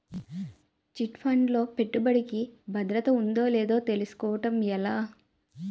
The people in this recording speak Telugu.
చిట్ ఫండ్ లో పెట్టుబడికి భద్రత ఉందో లేదో తెలుసుకోవటం ఎలా?